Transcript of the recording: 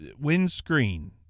windscreen